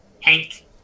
Hank